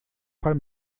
fall